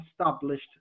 established